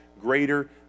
greater